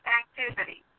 activity